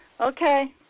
Okay